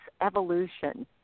evolution